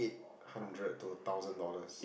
hundred to a thousand dollars